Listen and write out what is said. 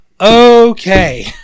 okay